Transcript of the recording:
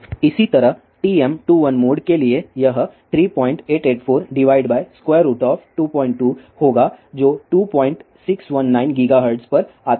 इसी तरह TM21 mode के लिए यह 3884 22 होगा जो 2619 गीगाहर्ट्ज पर आता है